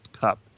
Cup